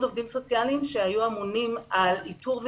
עובדים סוציאליים שהיו אמונים על איתור,